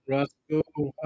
Roscoe